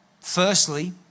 Firstly